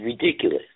ridiculous